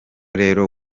rero